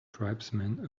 tribesmen